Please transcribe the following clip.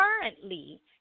Currently